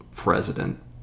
president